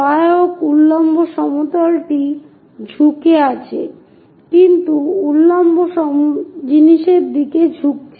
সহায়ক উল্লম্ব সমতলটিও ঝুঁকে আছে কিন্তু উল্লম্ব জিনিসের দিকে ঝুঁকেছে